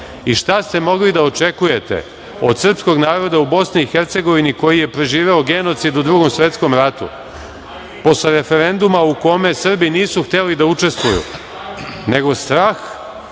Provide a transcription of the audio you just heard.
ste mogli da očekujete od srpskog naroda u BiH, koji je preživeo genocid u Drugom svetskom ratu, posle referenduma u kome Srbi nisu hteli da učestvuju, nego strah,